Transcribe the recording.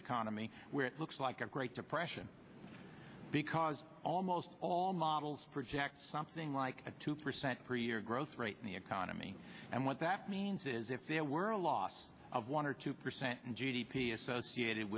economy where it looks like a great depression because almost all models project something like a two percent per year growth rate in the economy and what that means is if there were a loss of one or two percent and g d p associated